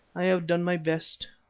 i have done my best.